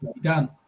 done